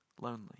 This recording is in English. lonely